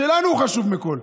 שלנו הוא חשוב מכול.